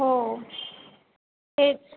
हो तेच